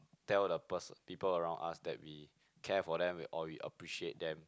tell the person people around us that we care for them or we appreciate them